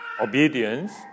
obedience